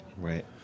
Right